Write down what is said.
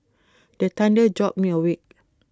the thunder jolt me awake